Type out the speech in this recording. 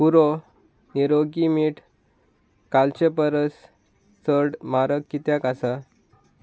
pro निरोगी मीठ कालचे परस चड म्हारग कित्याक आसा